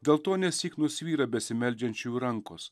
dėl to nesyk nusvyra besimeldžiančiųjų rankos